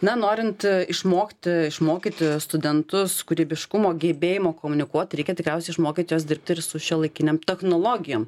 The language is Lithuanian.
na norint išmokti išmokyti studentus kūrybiškumo gebėjimo komunikuot reikia tikriausiai išmokyt juos dirbt ir su šiuolaikinėm technologijom